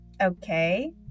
okay